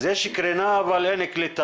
אז יש קרינה, אבל אין קליטה,